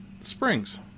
Springs